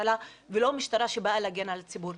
הממשלה ולא משטרה שבאה להגן על הציבור.